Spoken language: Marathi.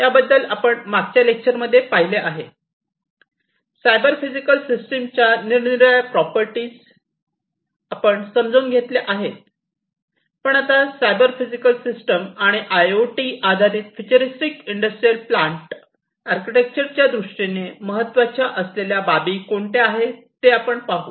याबद्दल आपण मागच्या लेक्चर मध्ये पाहिले आहे सायबर फिजिकल सिस्टीमच्या निराया प्रॉपर्टीज निरनिराळ्या आपण समजून घेतल्या आहेत पण आता सायबर फिजिकल सिस्टम आणि आयओटी आधारित फ्युचरीस्टिक इंडस्ट्रियल प्लांट आर्किटेक्चर च्या दृष्टीने महत्त्वाच्या असलेल्या बाबी कोणत्या आहेत ते आपण पाहू